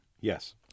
Yes